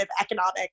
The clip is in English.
economic